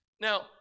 Now